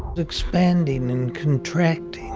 expanding and contracting,